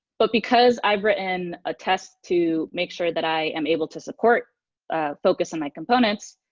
but because i've written a test to make sure that i am able to support focus on my components,